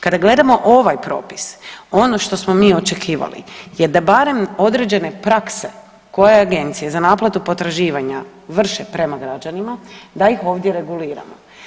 Kada gledamo ovaj propis ono što smo mi očekivali je da barem određene prakse koje agencije za naplatu potraživanja vrše prema građanima da ih ovdje reguliramo.